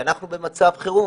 ואנחנו במצב חירום.